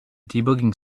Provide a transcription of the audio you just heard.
debugging